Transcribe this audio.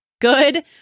good